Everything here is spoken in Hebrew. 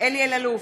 אלי אלאלוף,